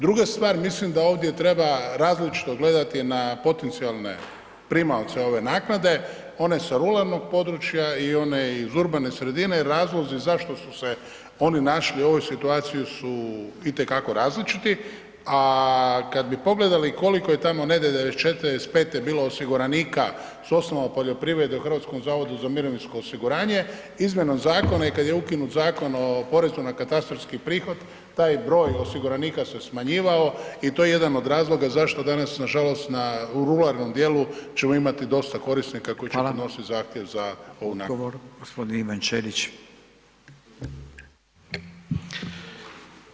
Druga stvar mislim da ovdje treba različito gledati na potencijalne primaoce ove naknade, one sa ruralnog područja i one iz urbane sredine jer razlozi zašto su se oni našli u ovoj situaciji su itekako različiti, a kad bi pogledali koliko je tamo …/nerazumljivo/… iz '45. bilo osiguranika s osnova poljoprivrede u HZMO-u izmjenom zakona i kad je ukinut Zakon o porezu na katastarski prihod taj broj osiguranika se smanjivao i to je jedan od razloga zašto danas nažalost u ruralnom dijelu ćemo imati dosta korisnika koji će podnositi zahtjev za ovu naknadu.